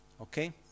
okay